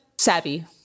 savvy